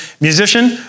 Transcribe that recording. musician